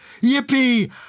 Yippee